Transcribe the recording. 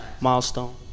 Milestone